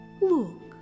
Look